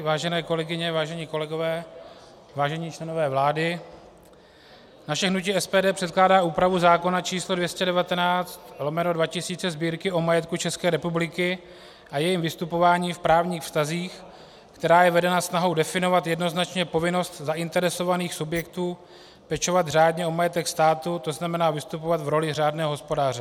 Vážené kolegyně, vážení kolegové, vážení členové vlády, naše hnutí SPD předkládá úpravu zákona č. 219/2000 Sb., o majetku České republiky a jejím vystupování v právních vztazích, která je vedena snahou definovat jednoznačně povinnost zainteresovaných subjektů pečovat řádně o majetek státu, to znamená vystupovat v roli řádného hospodáře.